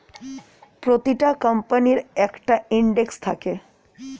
প্রতিটা কোম্পানির একটা ইন্ডেক্স থাকে